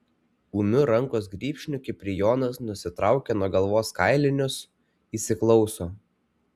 ūmiu rankos grybšniu kiprijonas nusitraukia nuo galvos kailinius įsiklauso